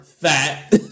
fat